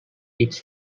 its